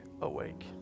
awake